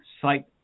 site